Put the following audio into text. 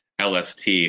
LST